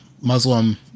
Muslim